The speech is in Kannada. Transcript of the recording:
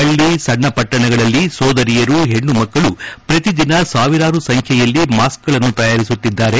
ಹಳ್ಳಿ ಸಣ್ಣ ಪಟ್ಟಣಗಳಲ್ಲಿ ಸೋದರಿಯರು ಹೆಣ್ಣು ಮಕ್ಕಳು ಪ್ರತಿ ದಿನ ಸಾವಿರಾರು ಸಂಬ್ದೆಯಲ್ಲಿ ಮಾಸ್ಕ್ಗಳನ್ನು ತಯಾರಿಸುತ್ತಿದ್ದಾರೆ